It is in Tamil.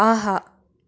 ஆஹா